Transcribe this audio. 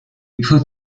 put